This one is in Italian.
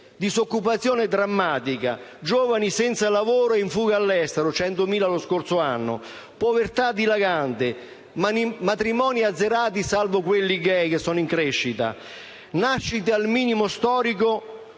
Disoccupazione drammatica, giovani senza lavoro in fuga all'estero (100.000 lo scorso anno), povertà dilagante, matrimoni azzerati (salvo quelli *gay*, che sono in crescita), nascita al minimo storico